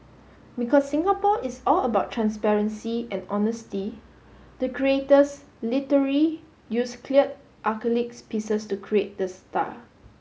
because Singapore is all about transparency and honesty the creators literally used cleared acrylics pieces to create the star